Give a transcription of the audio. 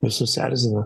visus erzina